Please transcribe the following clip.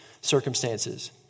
circumstances